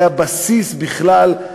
זה הבסיס, בכלל.